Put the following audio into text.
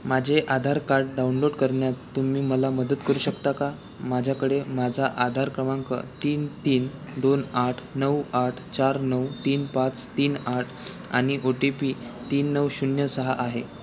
माझे Aadhaar card download करण्यात तुम्ही मला मदत करू शकता का माझ्याकडे माझा आधार क्रमांक तीन तीन दोन आठ नऊ आठ चार नऊ तीन पाच तीन आठ आणि ओ टी पी तीन नऊ शून्य सहा आहे